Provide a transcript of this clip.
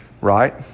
Right